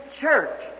church